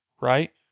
right